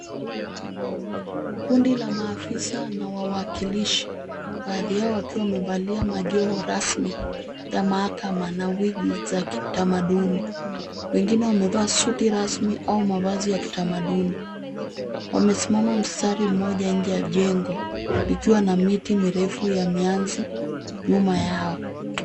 Kundi la maafisa na wawakilishi baadhi yao wakiwa wamevalia majoho rasmi ya mahakama na wigi za kitamaduni. Wengine wamevaa suti rasmi au mavazi ya kitamaduni wamesimama mstari mmoja nje ya jengo ikiwa na miti mirefu ya mianzi nyuma yao.